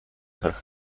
her